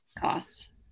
costs